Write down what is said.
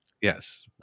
Yes